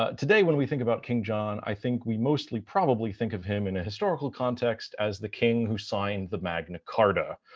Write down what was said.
ah today when we think about king john, i think we mostly probably think of him in a historical context as the king who signed the magna carta,